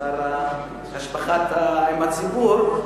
השר להשבחת הקשר עם הציבור,